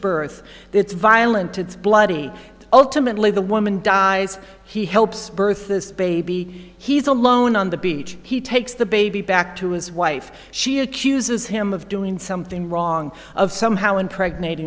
birth it's violent it's bloody ultimately the woman dies he helps birth this baby he's alone on the beach he takes the baby back to his wife she accuses him of doing something wrong of somehow impregnat